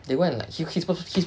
they go and like